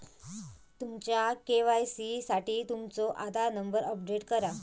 तुमच्या के.वाई.सी साठी तुमचो आधार नंबर अपडेट करा